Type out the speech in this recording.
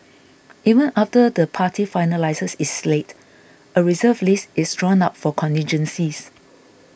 even after the party finalises its slate a Reserve List is drawn up for contingencies